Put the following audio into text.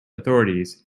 authorities